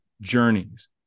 journeys